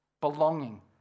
belonging